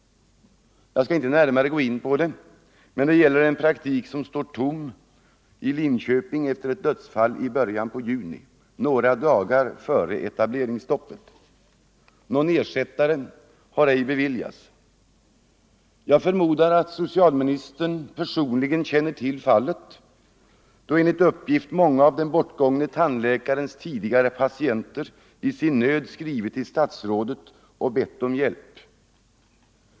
Jag skall inte närmare gå in på det, men det gäller en praktik som står tom i Linköping efter ett dödsfall i början på juni, några dagar före etableringsstoppet. Etableringstillstånd för någon ersättare har ej beviljats. Jag förmodar att socialministern personligen känner till fallet, då enligt uppgift många av den bortgångne tandläkarens tidigare patienter i sin nöd skrivit till statsrådet och bett om hjälp.